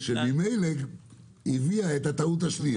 שממילא הובילה לטעות השנייה.